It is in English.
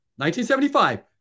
1975